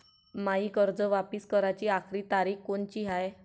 मायी कर्ज वापिस कराची आखरी तारीख कोनची हाय?